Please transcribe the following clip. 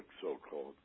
so-called